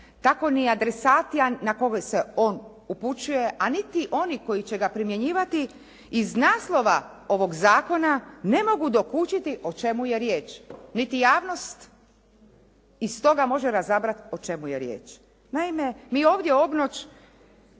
tako ni adresatian na koga se on upućuje, a niti oni koji će ga primjenjivati iz naslova ovog zakona ne mogu dokučiti o čemu je riječ, niti javnost iz toga može razabrati o čemu je riječ. Naime mi ovdje obnoć